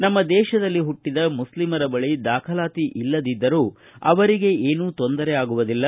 ನಮ್ಮ ದೇಶದಲ್ಲಿ ಹುಟ್ಟದ ಮುಸ್ಲಿಂರ ಬಳಿ ದಾಖಲಾತಿ ಇಲ್ಲದಿದ್ದರೂ ಅವರಿಗೆ ಏನೂ ತೊಂದರೆ ಆಗುವುದಿಲ್ಲ